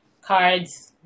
cards